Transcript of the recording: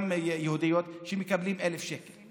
גם יהודיות, שמקבלות 1,000 שקל.